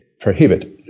prohibit